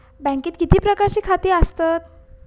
बँकेत किती प्रकारची खाती आसतात?